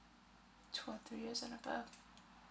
two or three years and above